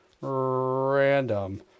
Random